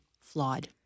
flawed